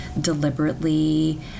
deliberately